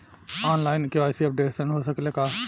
आन line KYC updation हो सकेला का?